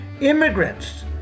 Immigrants